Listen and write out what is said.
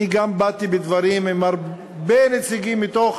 אני גם באתי בדברים עם הרבה נציגים מכל